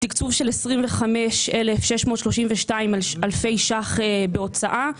תקצוב של 25,632 אלפי ש"ח בהוצאה.